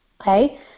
okay